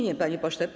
Nie, panie pośle.